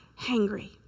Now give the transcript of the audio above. hangry